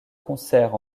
concerts